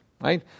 right